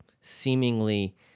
seemingly